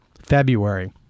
February